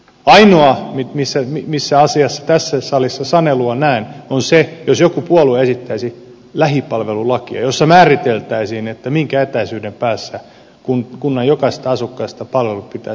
ainoa asia jossa tässä salissa sanelua näen on se jos joku puolue esittäisi lähipalvelulakia jossa määriteltäisiin minkä etäisyyden päässä kunnan jokaisesta asukkaasta palveluiden pitäisi olla